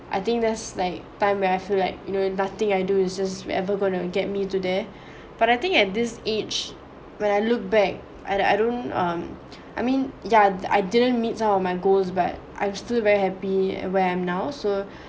I think there's like time where I feel like you know nothing I do is just ever gonna get me to there but I think at this age when I look back I don't um I mean yeah I didn't meet our my goals but I'm still very happy where I am now so